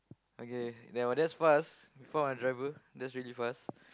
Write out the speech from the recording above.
okay there was that's fast we found a driver that's really fast